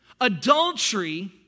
adultery